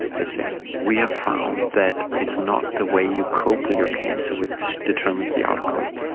the same. we have found that it's not the way you cope with your cancer which determines the outcome.